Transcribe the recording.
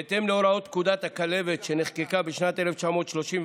בהתאם להוראות פקודת הכלבת שנחקקה בשנת 1934,